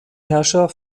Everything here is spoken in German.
herrscher